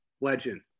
legend